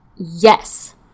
Yes